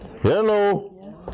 Hello